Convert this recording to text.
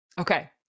Okay